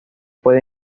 puede